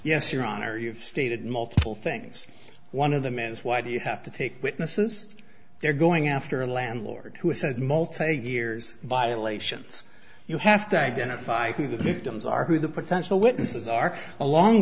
yes your honor you've stated multiple things one of them is why do you have to take witnesses they're going after a landlord who has said multiple years violations you have to identify who the victims are who the potential witnesses are along